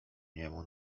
niemu